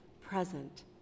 present